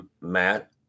Matt